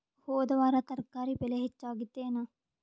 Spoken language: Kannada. ಹೊದ ವಾರ ತರಕಾರಿ ಬೆಲೆ ಹೆಚ್ಚಾಗಿತ್ತೇನ?